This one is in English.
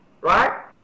right